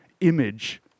...image